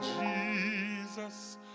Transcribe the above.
Jesus